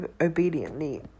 obediently